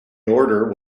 order